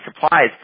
supplies